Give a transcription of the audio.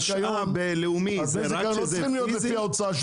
משאב לאומי זה רק כשזה פיזי?